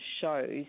shows